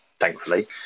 Thankfully